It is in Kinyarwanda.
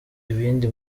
ibindi